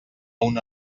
una